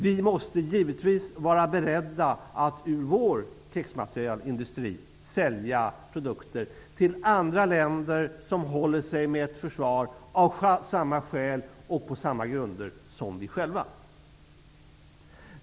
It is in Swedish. Vi måste givetvis vara beredda att från vår krigsmaterielindustri sälja produkter till andra länder som håller sig med ett försvar av samma skäl och på samma grunder som vi själva.